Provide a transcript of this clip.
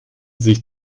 sich